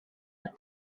with